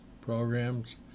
programs